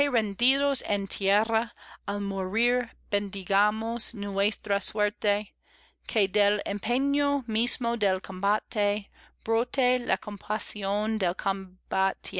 rendidos en tierra al morir bendigamos nuestra suerte que del empeño mismo del combate brote la compasión